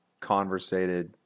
conversated